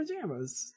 pajamas